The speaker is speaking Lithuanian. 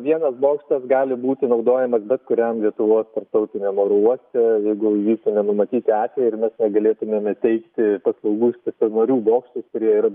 vienas bokštas gali būti naudojamas bet kuriam lietuvos tautiniam oro uoste jeigu įvyktų nenumatyti atvejai ir mes negalėtumėme teikti paslaugų iš stacionarių bokštų kurie yra